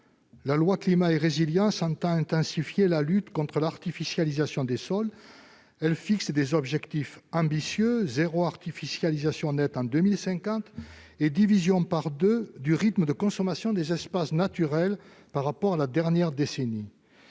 dite Climat et résilience, entend intensifier la lutte contre l'artificialisation des sols. Elle fixe des objectifs ambitieux : zéro artificialisation nette en 2050 et division par deux du rythme de consommation des espaces naturels par rapport à la dernière décennie.